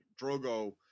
Drogo